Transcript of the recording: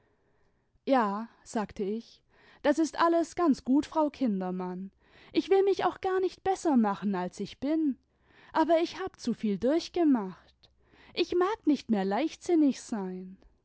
ja sagte ich dsis ist alles ganz gut frau kindermann ich will mich auch gar nicht besser machen als ich bin aber ich hab zuviel durchgemacht ich mag nicht mehr leichtsinnig sein